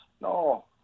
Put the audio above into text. No